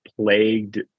plagued